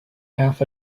half